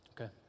Okay